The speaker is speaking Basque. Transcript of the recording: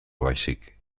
baizik